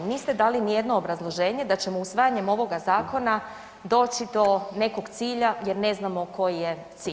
Niste dali nijedno obrazloženje da ćemo usvajanjem ovog zakona doći do nekog cilja jer ne znamo koji je cilj.